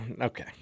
okay